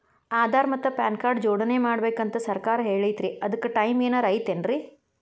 ಆಧಾರ ಮತ್ತ PAN card ನ ಜೋಡಣೆ ಮಾಡ್ಬೇಕು ಅಂತಾ ಸರ್ಕಾರ ಹೇಳೈತ್ರಿ ಅದ್ಕ ಟೈಮ್ ಏನಾರ ಐತೇನ್ರೇ?